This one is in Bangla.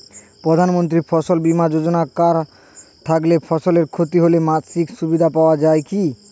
প্রধানমন্ত্রী ফসল বীমা যোজনা করা থাকলে ফসলের ক্ষতি হলে মাসিক সুবিধা পাওয়া য়ায় কি?